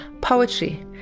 poetry